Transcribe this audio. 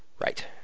Right